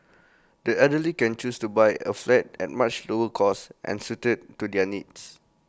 the elderly can choose to buy A flat at much lower cost and suited to their needs